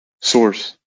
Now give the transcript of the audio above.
source